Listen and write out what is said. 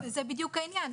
עושים.